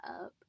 up